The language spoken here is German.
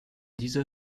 dieser